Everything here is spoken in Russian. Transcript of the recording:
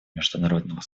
международного